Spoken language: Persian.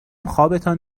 خوابتان